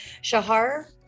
Shahar